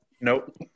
Nope